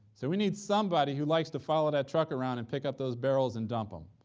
so we need somebody who likes to follow that truck around and pick up those barrels and dump em.